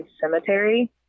cemetery